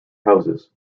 houses